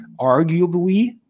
arguably